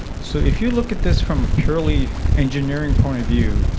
so if you look at this from a purely engineering point of view,